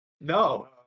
no